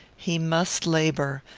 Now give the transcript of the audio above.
he must labour,